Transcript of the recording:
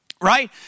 Right